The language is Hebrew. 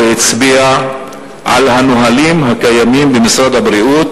הצביע על הנהלים הקיימים במשרד הבריאות,